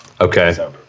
Okay